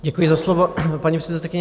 Děkuji za slovo, paní předsedkyně.